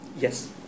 Yes